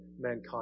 mankind